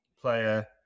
player